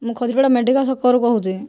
ମୁଁ ଖଜୁରିପଡ଼ା ମେଡ଼ିକାଲ ଛକରୁ କହୁଛି